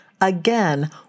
Again